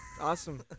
Awesome